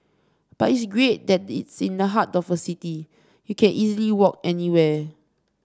but it's great that it's in the heart of the city you can easily walk anywhere